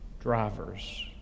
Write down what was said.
drivers